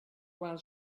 while